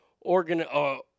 organ